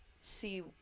see